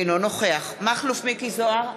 אינו נוכח מכלוף מיקי זוהר,